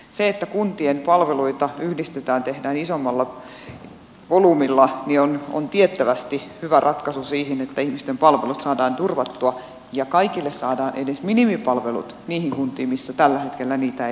se että kuntien palveluita yhdistetään tehdään isommalla volyymillä on tiettävästi hyvä ratkaisu siihen että ihmisten palvelut saadaan turvattua ja kaikille saadaan edes minimipalvelut niihin kuntiin missä tällä hetkellä niitä ei ole